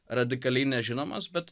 radikaliai nežinomas bet